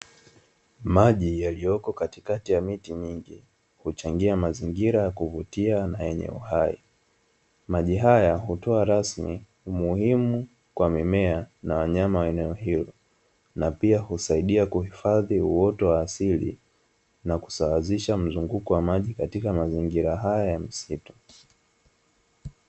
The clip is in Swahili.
Maji yaliyoko katikati miti mingi huchangia mazingira kuvutia na yenye uhai. Maji haya hutoa rasmi umuhimu kwa mimea na wanyama wa eneo hilo, na pia husaidia kuhifadhi uoto wa asili na kusawazisha mzunguko wa maji katika mazingira haya ya msitu.